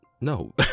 no